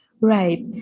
Right